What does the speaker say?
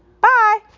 Bye